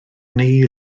neu